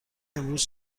امروز